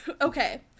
Okay